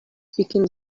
speaking